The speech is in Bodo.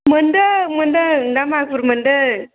मोन्दों मोन्दों ना मागुर मोन्दों